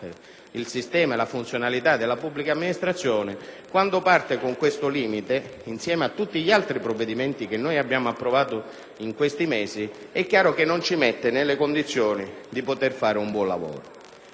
il sistema e la funzionalità della pubblica amministrazione, parte già con questo limite (insieme a tutti gli altri provvedimenti che abbiamo approvato in questi mesi), non siamo messi nelle condizioni di svolgere un buon lavoro.